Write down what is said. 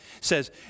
says